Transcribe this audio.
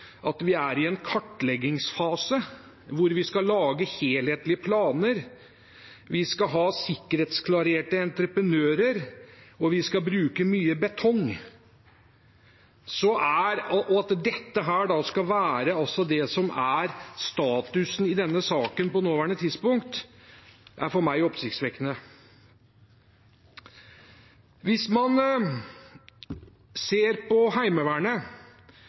at vi er i en kartleggingsfase hvor vi skal lage helhetlige planer, vi skal ha sikkerhetsklarerte entreprenører, og vi skal bruke mye betong. At dette da skal være det som er statusen i denne saken på det nåværende tidspunkt, er for meg oppsiktsvekkende. Når man ser på Heimevernet